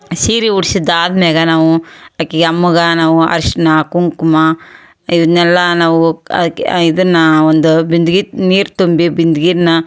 ಸೀರೆ ಉಡ್ಸಿದ್ದು ಆದ್ಮ್ಯಾಗೆ ನಾವು ಆಕೆಗೆ ಅಮ್ಮಗೆ ನಾವು ಅರಿಶಿನ ಕುಂಕುಮ ಇದನ್ನೆಲ್ಲ ನಾವು ಹಾಕ್ ಇದನ್ನು ಒಂದು ಬಿಂದ್ಗೆ ನೀರು ತುಂಬಿ ಬಿಂದ್ಗೆನ